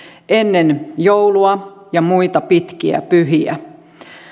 ennen joulua ja muita pitkiä pyhiä